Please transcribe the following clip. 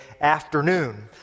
afternoon